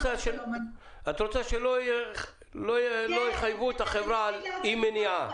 את רוצה שלא יחייבו את החברה על אי מניעה.